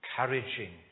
encouraging